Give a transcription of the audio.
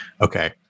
okay